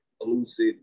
elusive